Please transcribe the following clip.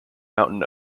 mountain